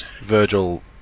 Virgil